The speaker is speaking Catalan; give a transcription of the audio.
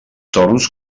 torns